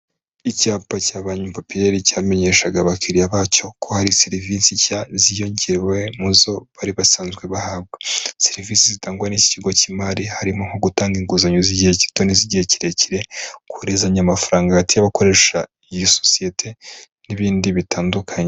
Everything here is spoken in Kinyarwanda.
Icyapa cya bayumvapier cyamenyeshaga abakiliriya bacyo ko hari serivisi nshya ziyongewe mu zo bari basanzwe bahabwa serivisi zitangwa nikigo cy'imari harimo nko gutanga inguzanyo z'igihe kitorenze igihe kirekire kohererezanya amafaranga hagati y'abakoresha iyo sosiyete n'ibindi bitandukanye.